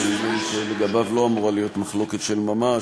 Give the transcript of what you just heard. שנדמה לי שלגביו לא אמורה להיות מחלוקת של ממש,